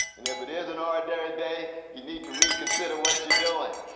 and if it is an ordinary day you need to reconsider what you're doing,